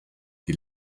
die